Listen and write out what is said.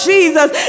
Jesus